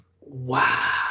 Wow